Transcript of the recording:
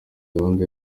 gahunda